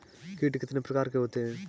कीट कितने प्रकार के होते हैं?